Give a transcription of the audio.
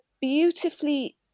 beautifully